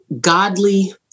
godly